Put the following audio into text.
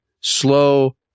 slow